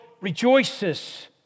rejoices